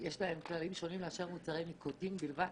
יש כללים שונים מאשר למוצרי ניקוטין בלבד?